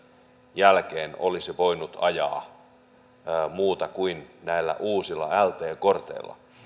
jälkeen olisi voinut ajaa muuten kuin näillä uusilla lt korteilla